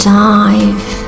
dive